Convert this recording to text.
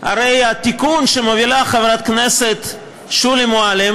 הרי התיקון שחברת הכנסת שולי מועלם